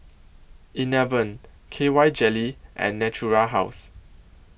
Enervon K Y Jelly and Natura House